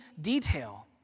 detail